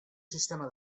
sistema